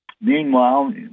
meanwhile